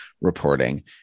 reporting